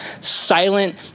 silent